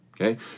okay